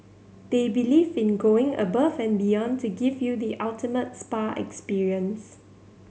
they believe in going above and beyond to give you the ultimate spa experience